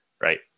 right